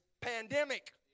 pandemic